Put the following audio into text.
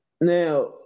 now